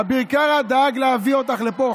אביר קארה דאג להביא אותך לפה.